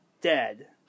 dead